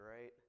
Right